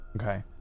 okay